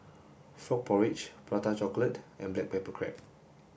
Frog Porridge Prata Chocolate and Black Pepper Crab